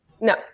No